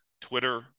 Twitter